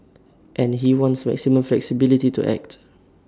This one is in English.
and he wants maximum flexibility to act